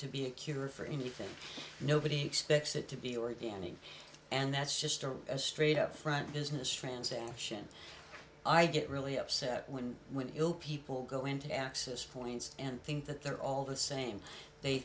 to be a cure for anything nobody expects it to be organic and that's just a straight up front business transaction i get really upset when will people go into access points and think that they're all the same they